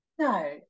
no